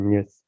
Yes